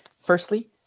Firstly